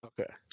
Okay